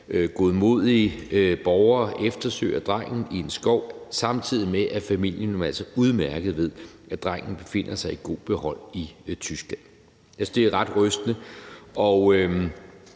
godmodige borgere eftersøger drengen i en skov, samtidig med at familien altså udmærket ved, at drengen befinder sig i god behold i Tyskland. Jeg synes, det er ret rystende.